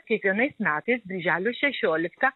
kiekvienais metais birželio šešioliktą